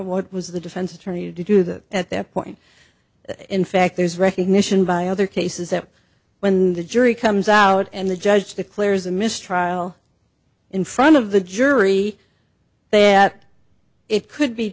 what was the defense attorney to do that at that point in fact there's recognition by other cases that when the jury comes out and the judge declares a mistrial in front of the jury that it could be